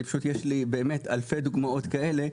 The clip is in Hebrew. יש לי באמת אלפי דוגמאות כאלה,